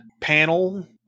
panel